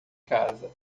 casa